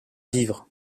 vivre